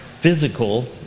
physical